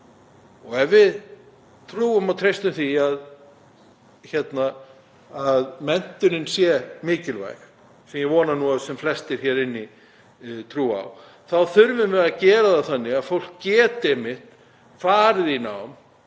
af. Ef við trúum og treystum því að menntunin sé mikilvæg, sem ég vona að sem flestir hér inni trúi, þá þurfum við að gera það þannig að fólk geti farið í nám